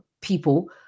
people